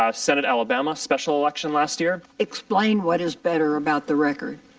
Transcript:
ah senate alabama special election last year. explain what is better about the record.